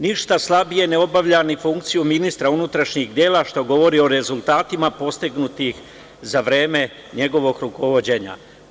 Ništa slabije ne obavlja ni funkciju ministra unutrašnjih dela, što govori o rezultatima postignutih za vreme njegovog rukovođenja.